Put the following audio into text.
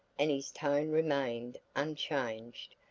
and his tone remained unchanged,